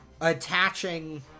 Attaching